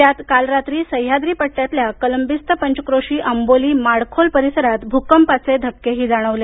त्यात काल रात्री सहयाद्री पट्ट्यातल्या कलंबिस्त पंचक्रोशी आंबोली माडखोल परिसरात भूकंपाचे धक्के जाणवले